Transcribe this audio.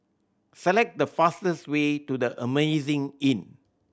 select the fastest way to The Amazing Inn